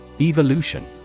Evolution